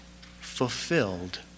fulfilled